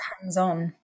hands-on